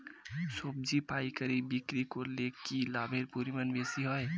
সবজি পাইকারি বিক্রি করলে কি লাভের পরিমাণ বেশি হয়?